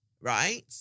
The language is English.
right